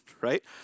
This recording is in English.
right